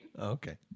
Okay